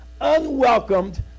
unwelcomed